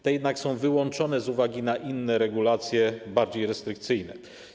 Te jednak są wyłączone z uwagi na inne regulacje, bardziej restrykcyjne.